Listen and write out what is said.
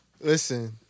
Listen